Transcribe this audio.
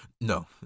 No